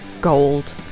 gold